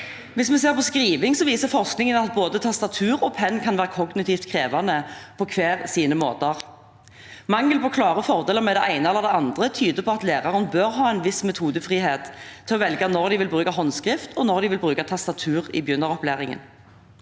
Hvis vi ser på skriving, viser forskningen at både tastatur og penn kan være kognitivt krevende, på hver sine måter. Mangel på klare fordeler med det ene eller det andre tyder på at læreren bør ha en viss metodefrihet til å velge når de vil bruke håndskrift, og når de vil bruke tastatur i begynneropplæringen.